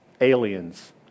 aliens